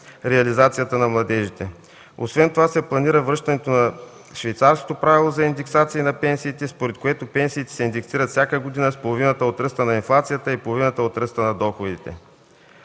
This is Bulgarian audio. реализацията на младежите. Освен това се планира връщането на швейцарското правило за индексация на пенсиите, според което пенсиите се индексират всяка година с половината от ръста на инфлацията и половината от ръста на доходите.